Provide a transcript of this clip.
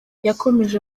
yakomeje